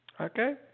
Okay